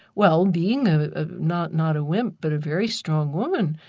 well being ah ah not not a wimp but a very strong woman,